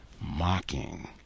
mocking